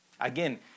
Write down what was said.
Again